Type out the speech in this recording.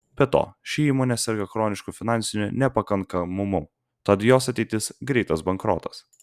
be to ši įmonė serga chronišku finansiniu nepakankamumu tad jos ateitis greitas bankrotas